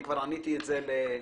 אני כבר עניתי את זה לקרן.